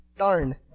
Darn